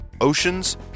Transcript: Oceans